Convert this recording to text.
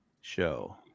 show